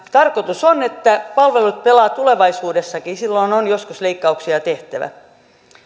tarkoitus on että palvelut pelaavat tulevaisuudessakin ja silloin on joskus leikkauksia tehtävä